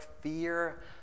fear